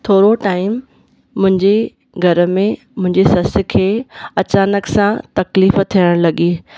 थोरो टाइम मुंहिंजे घर में मुंहिंजी ससु खे अचानक सां तकलीफ़ु थियणु लॻी